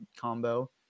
combo